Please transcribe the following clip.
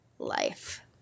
life